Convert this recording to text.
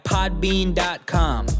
Podbean.com